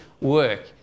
work